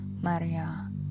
Maria